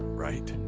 right?